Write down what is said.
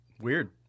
Weird